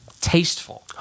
tasteful